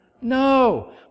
No